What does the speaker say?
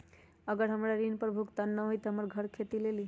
अगर हमर ऋण न भुगतान हुई त हमर घर खेती लेली?